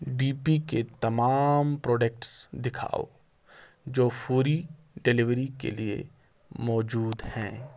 D P کے تمام products دکھاؤ جو فوری ڈیلیوری کے لیے موجود ہیں